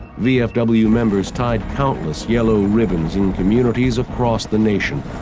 vfw members tied countless yellow ribbons in communities across the nation,